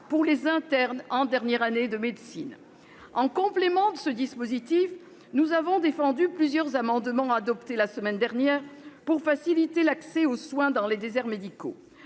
pour les internes en dernière année de médecine. En complément de ce dispositif, nous avons défendu plusieurs amendements, adoptés la semaine dernière, pour faciliter l'accès aux soins dans les déserts médicaux.